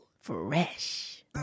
fresh